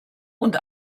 und